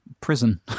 prison